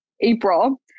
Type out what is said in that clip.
April